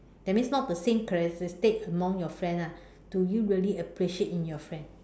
that means not the same characteristic among your friends ah do you really appreciate in your friends